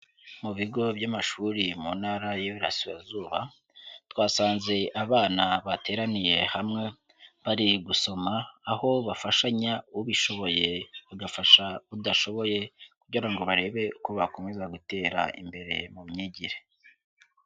Mu bigo by'amashuri mu ntara y'iburasirazuba twasanze abana bateraniye hamwe, bari gusoma, aho bafashanya, ubishoboye agafasha udashoboye, kugira ngo barebe uko bakomeza gutera imbere mu myigire.